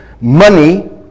money